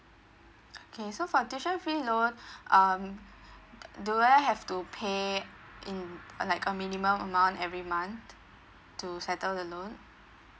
okay so for tuition fee loan um do I have to pay in like a minimum amount every month to settle the loan